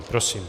Prosím.